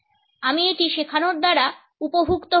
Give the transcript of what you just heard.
আমি এটি শেখানোর দ্বারা উপভুক্ত হয়েছি